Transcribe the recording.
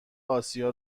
آسیا